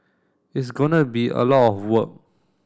it's gonna be a lot of work